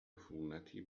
عفونتی